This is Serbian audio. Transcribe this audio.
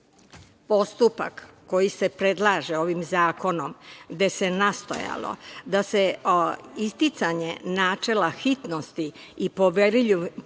nameru. Postupak koji se predlaže ovim zakonom, gde se nastojalo da se isticanje načela hitnosti i poverljivosti